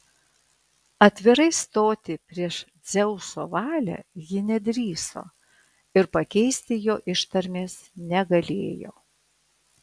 atvirai stoti prieš dzeuso valią ji nedrįso ir pakeisti jo ištarmės negalėjo